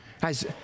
Guys